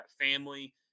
family